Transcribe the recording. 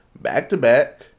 back-to-back